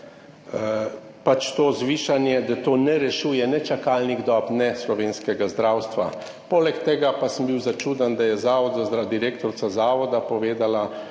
da to zvišanje ne rešuje ne čakalnih dob, ne slovenskega zdravstva. Poleg tega pa sem bil začuden, da je direktorica zavoda povedala,